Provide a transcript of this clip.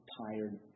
tired